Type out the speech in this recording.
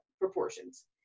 proportions